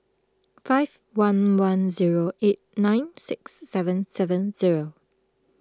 five one one zero eight nine six seven seven zero